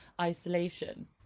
isolation